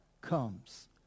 comes